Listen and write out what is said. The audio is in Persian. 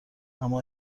اما